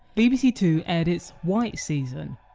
bbc two aired it's white season.